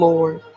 Lord